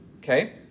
okay